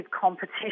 competition